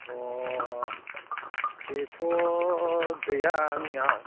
अ बेथ' गैया आंनियाव